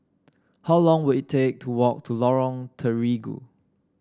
how long will it take to walk to Lorong Terigu